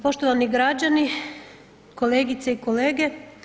Poštovani građani, kolegice i kolege.